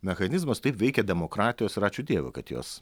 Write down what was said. mechanizmas taip veikia demokratijos ir ačiū dievui kad jos